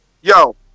yo